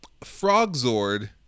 Frogzord